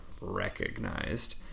recognized